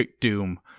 doom